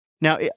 Now